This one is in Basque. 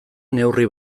neurri